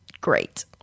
great